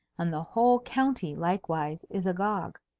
and the whole county likewise is agog.